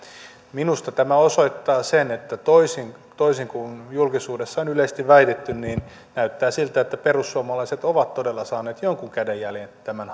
minusta tämä osoittaa sen että toisin toisin kuin julkisuudessa on yleisesti väitetty näyttää siltä että perussuomalaiset ovat todella saaneet jonkun kädenjäljen tämän